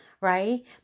right